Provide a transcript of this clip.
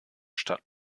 stadt